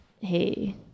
hey